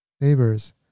neighbors